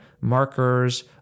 markers